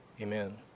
Amen